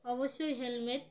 অবশ্যই হেলমেট